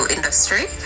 Industry